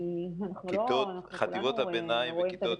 אנחנו כולנו רואים את הנתונים.